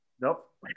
Nope